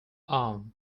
arm